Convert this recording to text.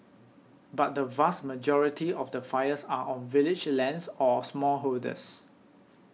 but the vast majority of the fires are on village lands or smallholders